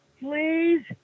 Please